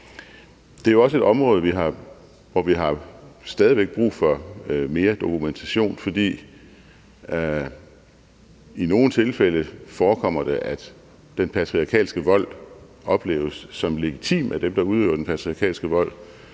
Det er jo også et område, hvor vi stadig væk har brug for mere dokumentation, for i nogle tilfælde forekommer det, at den patriarkalske vold opleves som legitim af dem, der udøver den, og i andre